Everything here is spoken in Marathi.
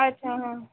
अच्छा हां